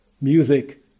music